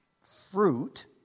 fruit